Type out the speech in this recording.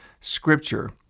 Scripture